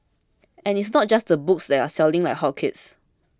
and it's not just the books that are selling like hotcakes